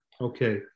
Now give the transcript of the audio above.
Okay